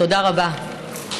תודה רבה.